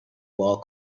wall